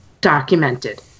documented